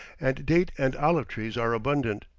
and date and olive-trees are abundant,